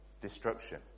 Destruction